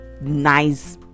nice